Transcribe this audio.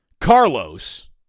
Carlos